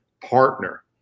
partner